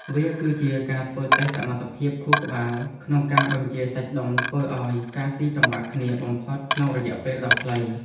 វាគឺជាការធ្វើតេស្តសមត្ថភាពខួរក្បាលក្នុងការបញ្ជាសាច់ដុំឱ្យធ្វើការស៊ីចង្វាក់គ្នាបំផុតក្នុងរយៈពេលដ៏ខ្លី។